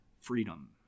freedom